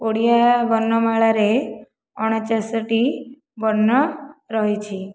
ଓଡ଼ିଆ ଵର୍ଣ୍ଣମାଳାରେ ଅଣଚାଶଟି ବର୍ଣ୍ଣ ରହିଛି